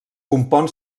compon